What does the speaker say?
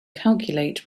calculate